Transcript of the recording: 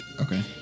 Okay